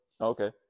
Okay